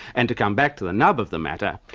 and to come back to the nub of the matter,